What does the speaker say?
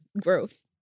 Growth